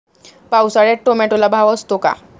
पावसाळ्यात टोमॅटोला भाव असतो का?